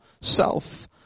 self